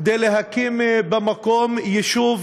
כדי להקים במקום יישוב,